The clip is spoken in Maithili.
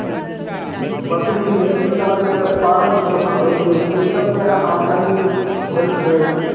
बकरी ई सबके पालन पोषण होइ छै तैं सबसँ आमदनी होइ छै